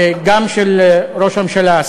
גם של ראש הממשלה,